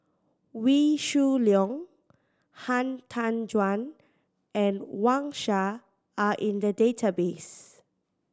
Wee Shoo Leong Han Tan Juan and Wang Sha are in the database